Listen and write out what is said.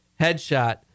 headshot